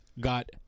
got